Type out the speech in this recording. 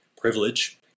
privilege